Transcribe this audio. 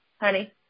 Honey